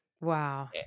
Wow